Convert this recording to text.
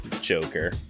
Joker